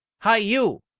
hi! you!